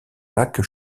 lac